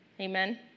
Amen